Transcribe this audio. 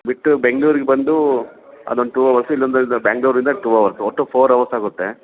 ಬಿಟ್ಟು ಬೆಂಗ್ಳುರಿಗೆ ಬಂದು ಅದೊಂದು ಟೂ ಅವರ್ಸು ಇಲ್ಲೊಂದು ಬ್ಯಾಂಗ್ಳೂರಿಂದ ಟೂ ಅವರ್ಸು ಒಟ್ಟು ಪೋರ್ ಅವರ್ಸ್ ಆಗುತ್ತೆ